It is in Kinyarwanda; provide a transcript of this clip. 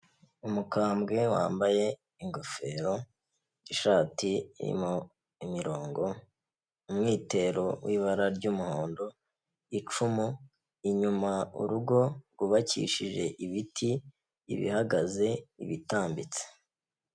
Umukambwe wambaye ingofero, ishati irimo imirongo, umwitero w'ibara ry'umuhondo, icumu, inyuma urugo rwubakishije ibiti, ibihagaze, ibitambitse.